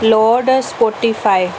load Spotify